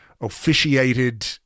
officiated